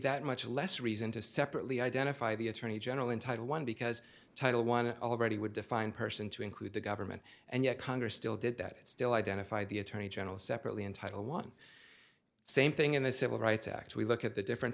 that much less reason to separately identify the attorney general in title one because title one already would define person to include the government and yet congress still did that it still identified the attorney general separately in title one same thing in the civil rights act we look at the different